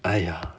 !aiya!